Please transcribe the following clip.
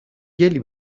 گلی